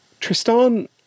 Tristan